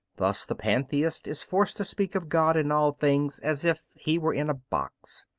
thus the pantheist is forced to speak of god in all things as if he were in a box.